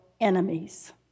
enemies